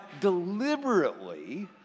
deliberately